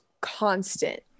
constant